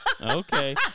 Okay